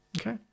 Okay